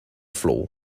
floor